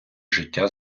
життя